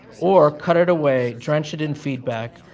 or cut it away, drench it in feedback,